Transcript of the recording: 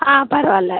on பரவாயில்ல